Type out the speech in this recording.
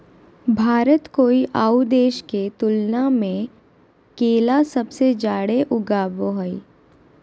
भारत कोय आउ देश के तुलनबा में केला सबसे जाड़े उगाबो हइ